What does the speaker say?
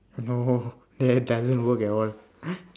no that doesn't work at all